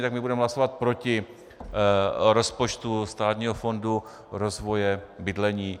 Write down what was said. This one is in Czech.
My budeme hlasovat proti rozpočtu Státního fondu rozvoje bydlení.